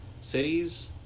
cities